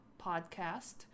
podcast